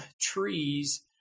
trees